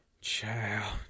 Child